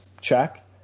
check